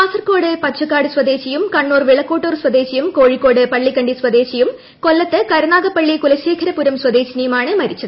കാസർഗോഡ് പച്ചക്കാട് സ്വദേശിയും കണ്ണൂർ വിളക്കോട്ടൂർ സ്വദേശിയും കോഴിക്കോട് പള്ളിക്കണ്ടി സ്വദേശിയും കൊല്ലത്ത് കരുനാഗപ്പള്ളി കുലശേഖരപുരം സ്വദേശിനിയുമാണ് മരിച്ചത്